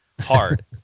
hard